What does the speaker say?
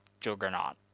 juggernaut